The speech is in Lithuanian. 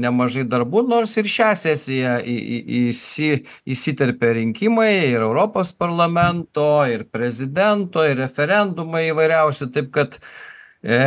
nemažai darbų nors ir šią sesiją į į įsi įsiterpė rinkimai ir europos parlamento ir prezidento referendumai įvairiausi taip kad e